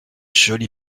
jolie